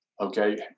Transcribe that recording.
Okay